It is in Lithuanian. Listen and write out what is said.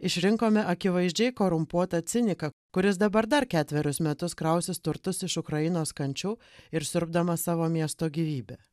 išrinkome akivaizdžiai korumpuotą ciniką kuris dabar dar ketverius metus krausis turtus iš ukrainos kančių ir siurbdamas savo miesto gyvybę